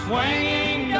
Swinging